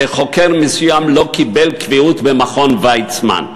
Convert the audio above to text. שחוקר מסוים לא קיבל קביעות במכון ויצמן.